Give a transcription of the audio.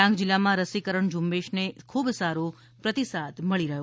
ડાંગ જિલ્લામાં રસીકરણ ઝુંબેશને ખૂબ સારો પ્રતિસાદ મળી રહ્યો છે